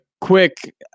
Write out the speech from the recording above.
quick